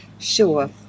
Sure